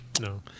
no